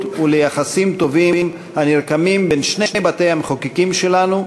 וליחסים טובים הנרקמים בין שני בתי-המחוקקים שלנו,